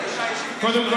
קודם כול,